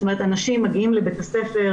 זאת אומרת, אנשים מגיעים לבית הספר